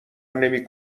نمی